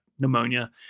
pneumonia